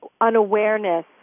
unawareness